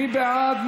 מי בעד?